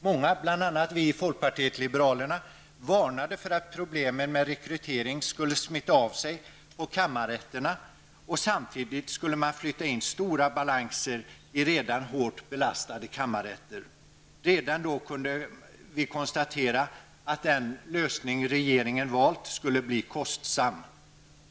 Många, bl.a. vi i folkpartiet liberalerna, varnade för att problemen med rekrytering skulle smitta av sig på kammarrätterna samtidigt som man skulle flytta in stora balanser i redan hårt belastade kammarrätter. Redan då kunde vi konstatera att den lösning regeringen valt skulle bli kostsam.